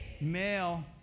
male